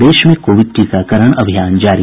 प्रदेश में कोविड टीकाकरण अभियान जारी